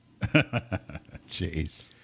Jeez